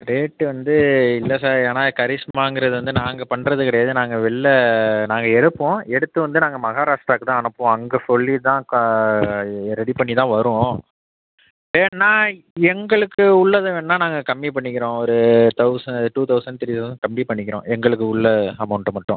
rate வந்து இல்லை sir ஏன்னா கரிஷ்மாங்குறது வந்து நாங்கள் பண்ணுறது கிடையாது நாங்கள் வெளில நாங்கள் எடுப்போம் எடுத்து வந்து நாங்கள் மஹாராஷ்ட்ராக்கு தான் அனுப்புவோம் அங்கே சொல்லி தான் ரெடி பண்ணி தான் வரும் வேண்ணா எங்களுக்கு உள்ளதை வேண்ணா நாங்கள் கம்மி பண்ணிக்கிறோம் ஒரு thousand two thousand three thousand கம்மி பண்ணிக்கிறோம் எங்களுக்கு உள்ள அமௌன்ட்டை மட்டும்